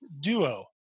duo